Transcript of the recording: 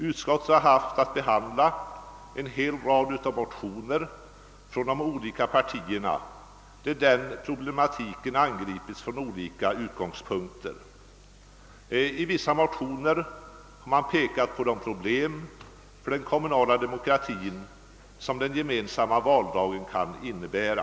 Utskottet har haft att behandla en hel rad motioner från alla partier, i vilka den problematiken har angripits från olika utgångspunkter. I vissa motioner har man pekat på de problem för den kommunala demokratin som den gemensamma valdagen kan innebära.